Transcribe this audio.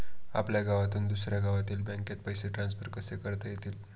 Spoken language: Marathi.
आपल्या गावातून दुसऱ्या गावातील बँकेत पैसे ट्रान्सफर कसे करता येतील?